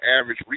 average